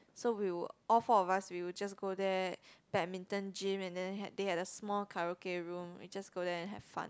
so we were all four of us we will just go there badminton gym and then they had they had a small karaoke room we just go there and have fun